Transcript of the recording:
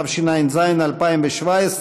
התשע"ז 2017,